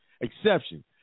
Exception